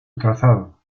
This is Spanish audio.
trazado